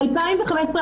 ב-2015,